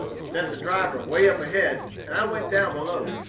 sent the driver way up ahead, and i went down below.